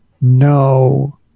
no